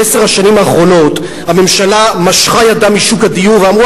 בעשר השנים האחרונות הממשלה משכה ידה משוק הדיור ואמרו,